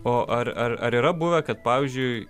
o ar ar ar yra buvę kad pavyzdžiui